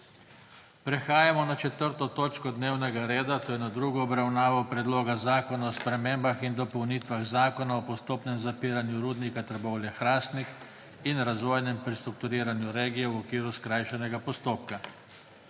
s****prekinjeno 4. točko dnevnega reda, to je s tretjo obravnavo Predloga zakona o spremembah in dopolnitvah Zakona o postopnem zapiranju Rudnika Trbovlje-Hrastnik in razvojnem prestrukturiranju regije v okviru skrajšanega postopka.**